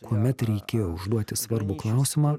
kuomet reikėjo užduoti svarbų klausimą